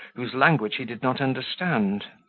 whose language he did not understand.